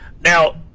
Now